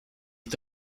est